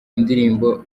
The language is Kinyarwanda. indirimbo